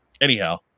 Anyhow